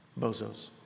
bozos